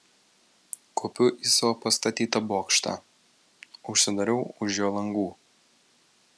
kopiu į savo pastatytą bokštą užsidarau už jo langų